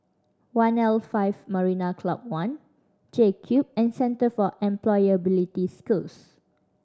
one L five Marina Club One J Cube and Centre for Employability Skills